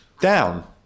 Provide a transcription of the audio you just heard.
down